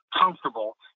comfortable